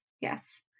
yes